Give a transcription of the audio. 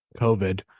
COVID